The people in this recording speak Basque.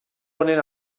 honen